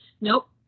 Nope